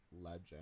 legend